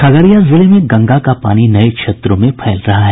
खगड़िया जिले में गंगा का पानी नई क्षेत्रों में फैल रहा है